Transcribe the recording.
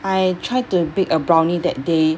I tried to bake a brownie that day